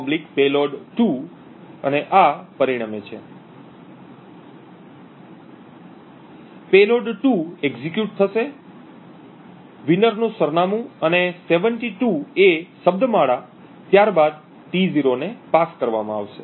payload 2" અને આ પરિણમે છે પેલોડ 2 એક્ઝીક્યુટ થશે વિનર નું સરનામું અને 72 'A' શબ્દમાળા ત્યારબાદ T0 ને પાસ કરવામાં આવશે